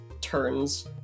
turns